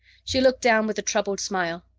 she looked down with a troubled smile.